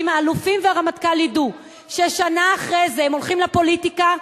אם האלופים והרמטכ"ל ידעו ששנה אחרי זה הם הולכים לפוליטיקה,